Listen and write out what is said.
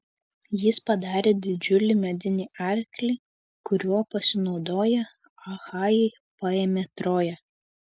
jis padarė didžiulį medinį arklį kuriuo pasinaudoję achajai paėmė troją